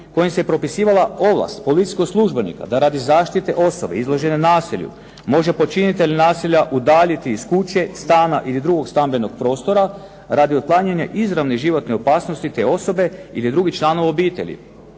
kojim se propisivala ovlast policijskog službenika da radi zaštite osoba izloženih nasilju može počinitelj nasilja udaljiti iz kuće, stana ili drugog stambenog prostora radi otklanjanja izravne životne opasnosti te osobe ili drugih članova obitelji.